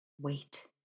wait